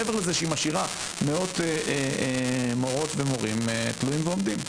מעבר לכך שהיא משאירה מאות מורות ומורים תלויים ועומדים.